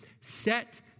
set